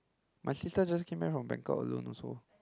my sister just came back from bangkok alone also